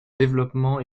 développement